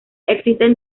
existen